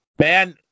man